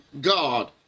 God